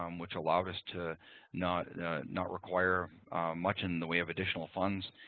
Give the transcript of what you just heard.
um which allowed us to not not require much in the way of additional funds.